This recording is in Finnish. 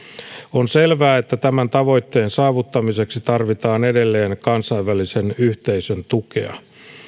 on selvää että tämän tavoitteen saavuttamiseksi tarvitaan edelleen kansainvälisen yhteisön tukea